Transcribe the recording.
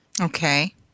Okay